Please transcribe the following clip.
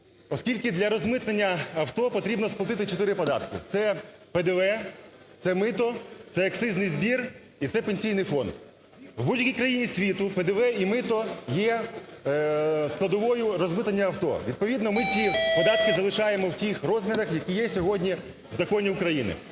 оскільки для розмитнення авто потрібно сплатити чотири податки: це ПДВ, це мито, це акцизний збір і це Пенсійний фонд. У будь-якій країні світу ПДВ і мито є складовою розмитнення авто. Відповідно ми ці податки залишаємо в тих розмірах, які є сьогодні в законі України.